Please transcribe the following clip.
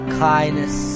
kindness